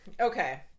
Okay